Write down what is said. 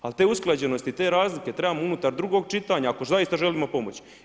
Ali te usklađenosti i te razlike trebamo unutar drugog čitanja ako zaista želimo pomoći.